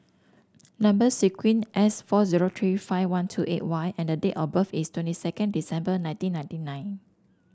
number sequence S four zero three five one two eight Y and date of birth is twenty second December nineteen ninety nine